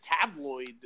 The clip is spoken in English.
tabloid